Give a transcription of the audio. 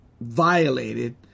violated